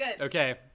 Okay